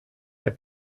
der